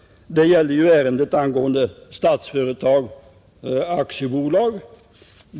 Det gäller ärendet angående Statsföretag AB.